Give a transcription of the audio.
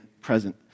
present